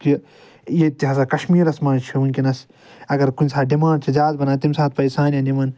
کہِ ییٚتہِ تہِ ہَسا کَشمیٖرَس مَنٛز چھِ وُنٛکیٚس اگر کُنہ ساتہٕ ڈِمانٛڈ چھِ زیادٕ بنان تَمہِ ساتہٕ پَزِ سانیٚن یِمَن